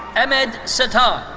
ahmed sattar.